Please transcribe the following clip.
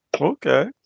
Okay